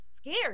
scared